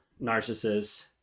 narcissists